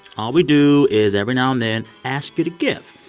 all we do is every now and then ask you to give.